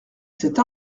cette